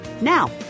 Now